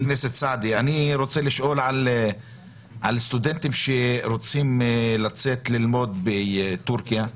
אני רוצה לשאול על סטודנטים שרוצים לצאת ללמוד בטורקיה.